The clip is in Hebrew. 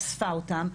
אספה אותם,